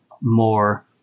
more